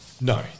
No